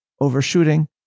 overshooting